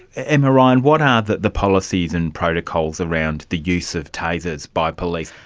emma ryan, what are the the policies and protocols around the use of tasers by police?